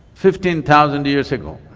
fifteen thousand years ago